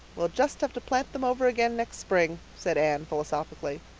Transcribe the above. we'll just have to plant them over again next spring, said anne philosophically.